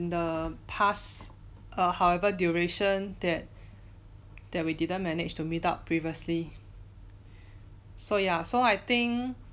the past err however duration that that we didn't manage to meet up previously so ya so I think